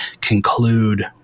conclude